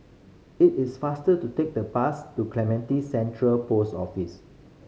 it is faster to take the bus to Clementi Central Post Office